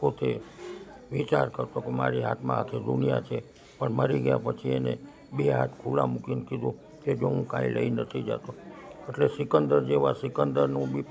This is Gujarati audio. પોતે વિચાર કરતો કે મારી હાથમાં આખી દુનિયા છે પણ મરી ગયા પછી એણે બે હાથ ખુલ્લા મૂકીને કીધું કે જો હું કંઈ લઈ નથી જતો એટલે સિકંદર જેવા સિકંદરનું બી